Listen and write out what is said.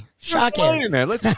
Shocking